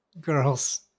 girls